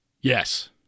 Yes